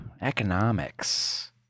economics